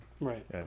Right